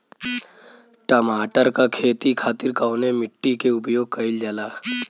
टमाटर क खेती खातिर कवने मिट्टी के उपयोग कइलजाला?